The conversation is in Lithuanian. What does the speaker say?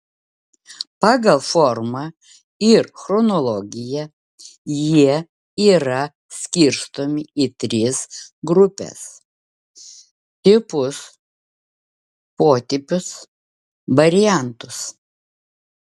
pagal formą ir chronologiją jie yra skirstomi į tris grupes tipus potipius variantus